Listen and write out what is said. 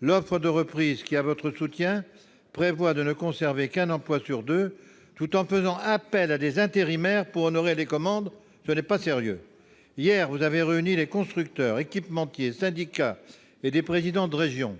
L'offre de reprise, qui a votre soutien, prévoit de ne conserver qu'un emploi sur deux, tout en faisant appel à des intérimaires pour honorer les commandes. Ce n'est pas sérieux ! Hier, vous avez réuni les constructeurs, équipementiers, syndicats, et des présidents de région.